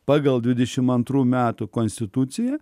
pagal dvidešimt antrų metų konstituciją